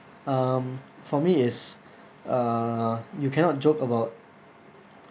um for me it's uh you cannot joke about